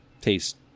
taste